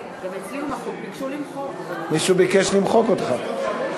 מישהו ביקש למחוק אותך.